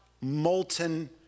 molten